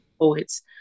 poets